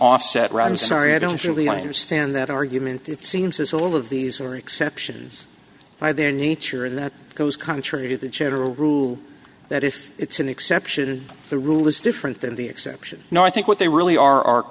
offset round sorry i don't actually understand that argument it seems as all of these are exceptions by their nature and that goes contrary to the general rule that if it's an exception to the rule is different than the exception no i think what they really are are